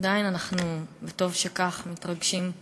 עדיין אנחנו, וטוב שכך, מתרגשים,